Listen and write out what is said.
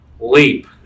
Leap